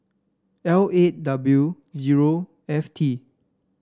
L eight W zero F T